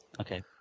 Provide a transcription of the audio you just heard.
Okay